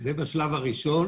זה בשלב הראשון.